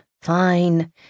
fine